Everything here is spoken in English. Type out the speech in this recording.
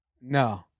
No